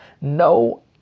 No